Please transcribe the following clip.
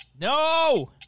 No